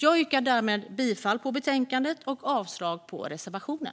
Jag yrkar därmed bifall till förslaget i betänkandet och avslag på reservationen.